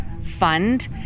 fund